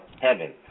Heaven